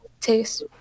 taste